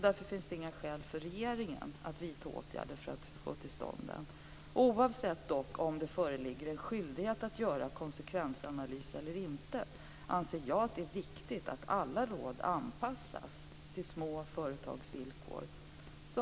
Det finns därför inga skäl för regeringen att vidta åtgärder för att få till stånd en sådan analys. Oavsett om det föreligger en skyldighet att göra en konsekvensanalys eller inte, anser jag dock att det är viktigt att alla råd anpassas till små företags villkor.